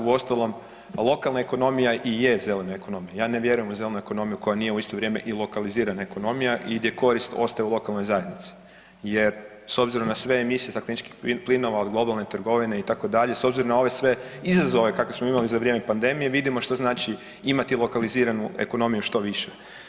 Uostalom lokalna ekonomija i je zelena ekonomija, ja ne vjerujem u zelenu ekonomiju koja nije u isto vrijeme i lokalizirana ekonomija i gdje korist ostaje u lokalnoj zajednici jer s obzirom na sve emisije stakleničkih plinova od globalne trgovine itd., s obzirom na ove sve izazove kakve smo imali za vrijeme pandemije vidimo šta znači imati lokaliziranu ekonomiju što više.